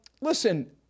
Listen